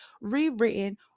rewritten